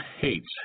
hates